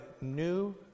new